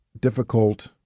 difficult